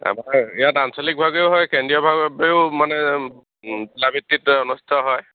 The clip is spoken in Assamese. আমাৰ ইয়াত আঞ্চলিকভাৱেও হয় কেন্দ্ৰীয়ভাৱেও মানে জিলাভিত্তিত অনুষ্টিত হয়